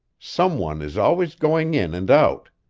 some one is always going in and out.